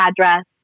address